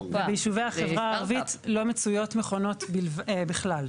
ביישובי החברה הערבית לא מצויות מכונות בכלל.